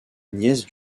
nièce